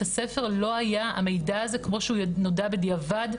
הספר לא היה את המידע הזה כמו שהוא נודע בדיעבד.